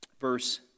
Verse